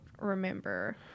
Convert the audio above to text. remember